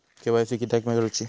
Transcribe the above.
KYC किदयाक करूची?